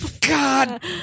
God